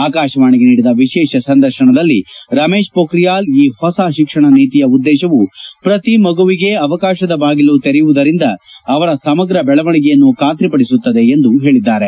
ಆಕಾಶವಾಣಿಗೆ ನೀಡಿದ ವಿಶೇಷ ಸಂದರ್ಶನದಲ್ಲಿ ರಮೇಶ್ ಪೋಖ್ರಿಯಾಲ್ ಈ ಹೊಸ ಶಿಕ್ಷಣ ನೀತಿಯ ಉದ್ದೇಶವು ಪ್ರತಿ ಮಗುವಿಗೆ ಅವಕಾಶದ ಬಾಗಿಲು ತೆರೆಯುವುದರಿಂದ ಅವರ ಸಮಗ್ರ ಬೆಳವಣಿಗೆಯನ್ನು ಖಾತರಿಪಡಿಸುತ್ತದೆ ಎಂದು ಹೇಳಿದ್ದಾರೆ